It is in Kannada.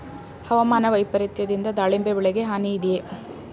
ಹವಾಮಾನ ವೈಪರಿತ್ಯದಿಂದ ದಾಳಿಂಬೆ ಬೆಳೆಗೆ ಹಾನಿ ಇದೆಯೇ?